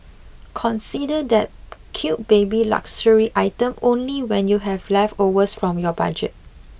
consider that cute baby luxury item only when you have leftovers from your budget